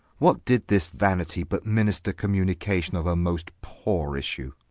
what did this vanity but minister communication of a most poore issue